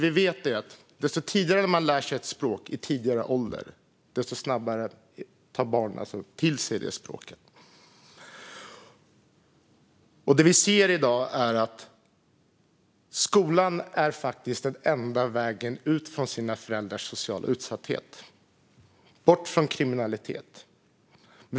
Vi vet att ju tidigare barn lär sig ett språk, desto snabbare tar de det till sig. Vi ser i dag att skolan faktiskt är den enda vägen ut ur föräldrarnas sociala utsatthet, bort från kriminalitet.